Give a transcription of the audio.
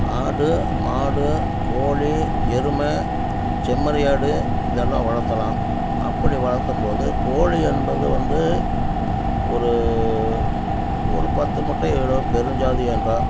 ஆடு மாடு கோழி எருமை செம்மறி ஆடு இதெல்லாம் வளர்த்தலாம் அப்படி வளர்த்தம் போது கோழி என்பது வந்து ஒரு ஒரு பத்து முட்டையிடும் பெரும் ஜாதி என்றால்